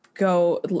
go